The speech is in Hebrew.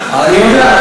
אני יודע,